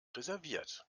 reserviert